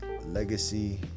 legacy